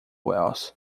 wales